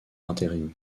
intérim